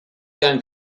gain